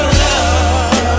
love